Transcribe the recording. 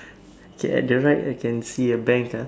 k at the right I can see a bank ah